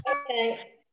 okay